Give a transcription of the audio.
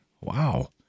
wow